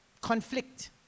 conflict